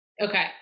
Okay